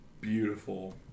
beautiful